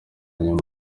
nyuma